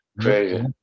Crazy